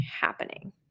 happening